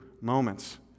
moments